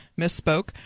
Misspoke